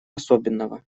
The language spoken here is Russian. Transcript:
особенного